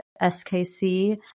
SKC